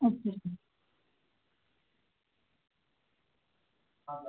अच्छा अच्छा